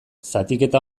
zatiketa